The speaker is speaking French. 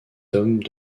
tomes